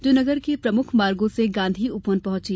जो नगर के प्रमुख मार्गो से गांधी उपवन पहुंची